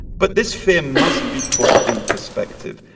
but this fear must be put in perspective.